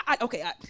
Okay